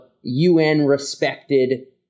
UN-respected